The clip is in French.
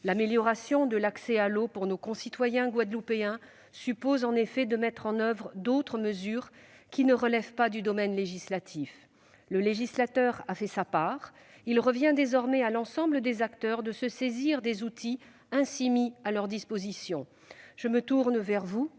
L'amélioration de l'accès à l'eau pour nos concitoyens guadeloupéens suppose en effet de mettre en oeuvre d'autres mesures, qui ne relèvent pas du domaine législatif. Le législateur a fait sa part ; il revient désormais à l'ensemble des acteurs de se saisir des outils ainsi mis à leur disposition. Je me tourne vers vous,